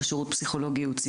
בשירות פסיכולוגי ייעוצי.